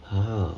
!huh!